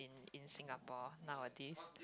in Singapore nowadays